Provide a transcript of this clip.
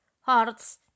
hearts